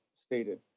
stated